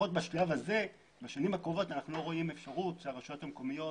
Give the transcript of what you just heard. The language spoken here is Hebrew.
בשנים הקרובות אנחנו לא רואים אפשרות שהרשויות המקומיות